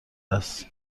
است